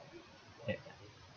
ya